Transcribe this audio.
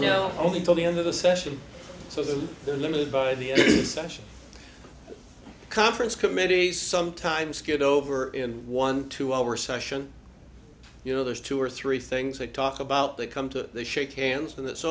no only for the end of the session so that they're limited by the session conference committees sometimes get over in one two hour session you know there's two or three things they talk about they come to shake hands and